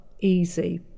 easy